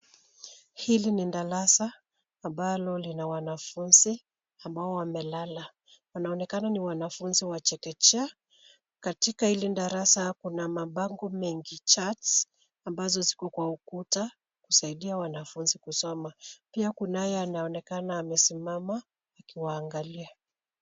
Hili ni darasa ambalo lina wanafunzi ambao wamelala wanaonekana ni wanafunzi wa chekechea katika hili darasa kuna mabango mengi charts ambazo ziko kwa ukuta kusaidia wanafunzi kusoma. Pia kunaye anaonekana amesimama akiwa angalia.